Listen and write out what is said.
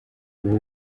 ubu